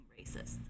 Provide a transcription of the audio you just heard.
racist